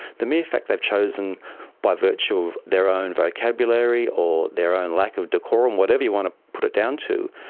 the mere fact they've chosen by virtue of their own vocabulary or their own lack of decorum, whatever you want to put it down to,